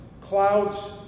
clouds